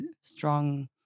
strong